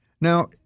Now